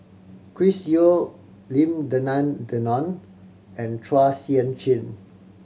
Chris Yeo Lim Denan Denon and Chua Sian Chin